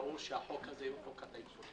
ברור שהחוק הזה הוא חוק הטייקונים.